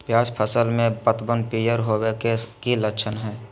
प्याज फसल में पतबन पियर होवे के की लक्षण हय?